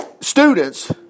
students